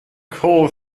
call